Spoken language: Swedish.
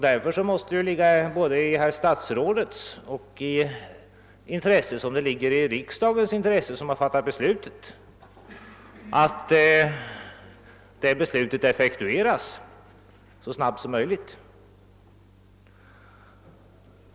Därför måste det ligga såväl i statsrådets som i riksdagens intresse — riksdagen har ju fattat beslutet — att detta beslut effektueras så snabbt som möjligt.